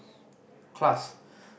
class